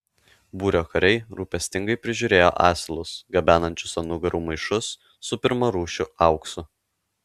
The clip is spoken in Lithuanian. būrio kariai rūpestingai prižiūrėjo asilus gabenančius ant nugarų maišus su pirmarūšiu auksu